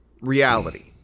reality